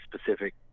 specific